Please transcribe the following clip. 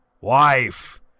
Wife